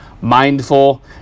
mindful